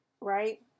right